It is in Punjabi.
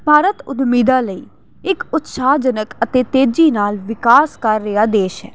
ਭਾਰਤ ਉੱਦਮੀਆਂ ਲਈ ਇੱਕ ਉਤਸ਼ਾਹਜਨਕ ਅਤੇ ਤੇਜ਼ੀ ਨਾਲ ਵਿਕਾਸ ਕਰ ਰਿਹਾ ਦੇਸ਼ ਹੈ